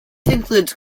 includes